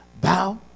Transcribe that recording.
bow